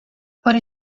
what